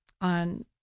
on